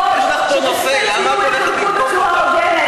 יש לך פה נושא, למה את הולכת לתקוף אותם?